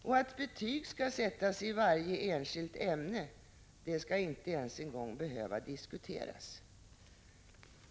Att betyg skall sättas i varje enskilt ämne borde inte ens behöva diskuteras.